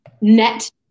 net